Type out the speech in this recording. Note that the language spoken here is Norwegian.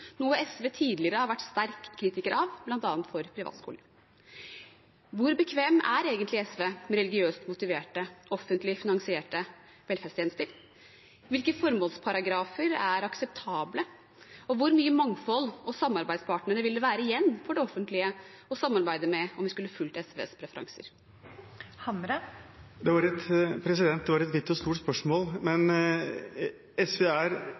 noe SV tidligere har vært en sterk kritiker av, bl.a. privatskoler. Hvor bekvemme er egentlig SV med religiøst motiverte offentlig finansierte velferdstjenester? Hvilke formålsparagrafer er akseptable? Hvor mye mangfold og hvor mange samarbeidspartnere ville det være igjen for det offentlige å samarbeide med om vi skulle fulgt SVs preferanser? Det var et vidt og stort spørsmål, men SV er